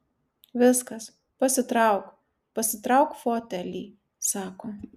viskas pasitrauk pasitrauk fotelį sako